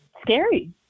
scary